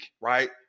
right